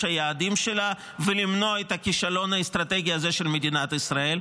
היעדים שלה ולמנוע את הכישלון האסטרטגי הזה של מדינת ישראל.